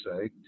say